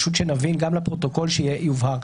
פשוט שנבין, גם לפרוטוקול שיובהר.